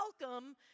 welcome